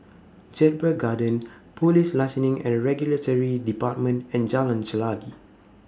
Jedburgh Gardens Police Licensing and Regulatory department and Jalan Chelagi